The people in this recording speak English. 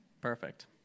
Perfect